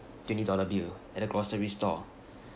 twenty dollar bill at a grocery store